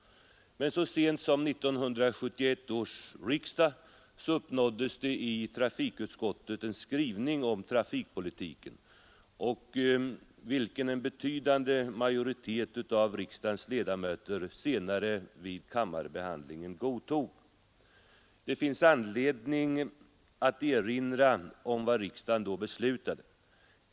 Men så sent som under 1971 års riksdag gjordes i trafikutskottet en skrivning om trafikpolitiken, vilken en betydande majoritet av riksdagens ledamöter senare vid kammarbehandlingen godtog. Det finns anledning att erinra om vad riksdagen då beslutade.